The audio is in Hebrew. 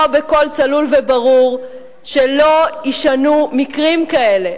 בכל צלול וברור שלא יישנו מקרים כאלה.